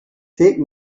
take